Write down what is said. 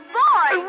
boy